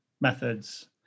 methods